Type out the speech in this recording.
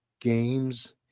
games